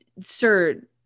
sir